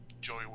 Joey